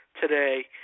today